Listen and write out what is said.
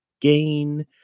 gain